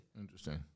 Interesting